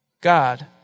God